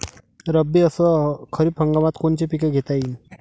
रब्बी अस खरीप हंगामात कोनचे पिकं घेता येईन?